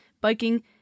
biking